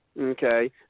Okay